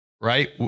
right